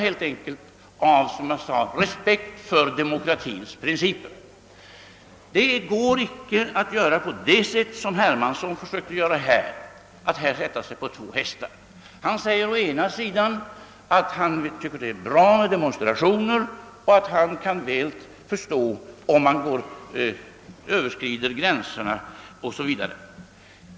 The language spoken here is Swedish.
Helt enkelt av respekt för demokratins principer. Det går icke att, som herr Hermansson försökte, sätta sig på två hästar; han sade å ena sidan att han tycker att det är bra med demonstrationer och å andra sidan att han väl kan förstå om man överskrider gränserna.